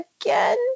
again